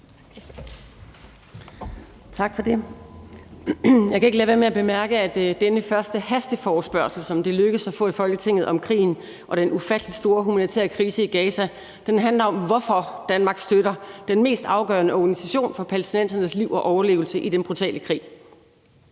Tak for det. Jeg kan ikke lade være med at bemærke, at denne første hasteforespørgsel, som det er lykkedes at få i Folketinget om krigen og den ufattelig store humanitære krise i Gaza, handler om, hvorfor Danmark støtter den mest afgørende organisation for palæstinensernes liv og overlevelse i den brutale krig.